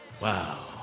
wow